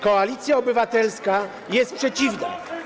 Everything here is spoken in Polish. Koalicja Obywatelska jest przeciwna.